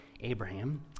Abraham